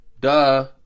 duh